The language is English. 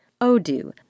Odoo